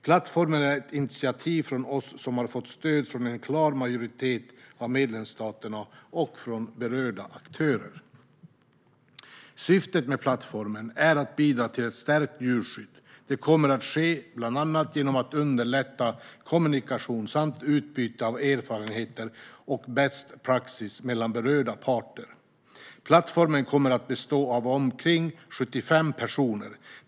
Plattformen är ett initiativ från oss och har fått stöd från en klar majoritet av medlemsstaterna samt från berörda aktörer. Syftet med plattformen är att bidra till ett stärkt djurskydd. Det kommer att ske bland annat genom att underlätta kommunikation samt utbyte av erfarenheter och bästa praxis mellan berörda parter. Plattformen kommer att bestå av omkring 75 personer.